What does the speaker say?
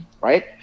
right